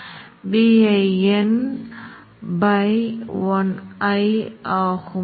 இது மையத்தின் BH வளைவைப் பின்பற்றும்